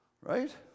Right